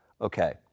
Okay